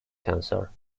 tensor